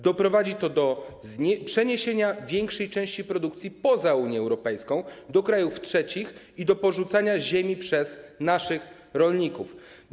Doprowadzi to do przeniesienia większej części produkcji poza Unię Europejską, do krajów trzecich i do porzucania ziemi przez naszych rolników.